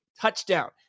Touchdown